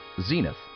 Zenith